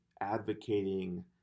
advocating